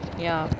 ya